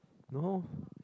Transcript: no